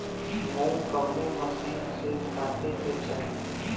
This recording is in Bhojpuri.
मूंग कवने मसीन से कांटेके चाही?